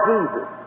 Jesus